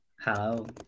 Hello